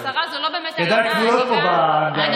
השרה, זה לא באמת, ידיי כבולות פה בעניין הזה.